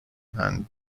and